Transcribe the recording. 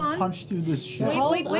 um punch through this shit.